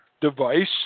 device